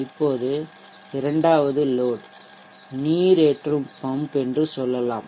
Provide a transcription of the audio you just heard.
இப்போது 2 வது லோட் நீர் ஏற்றும் பம்ப் என்று சொல்லலாம்